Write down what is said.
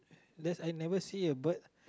that's I never see a bird